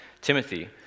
Timothy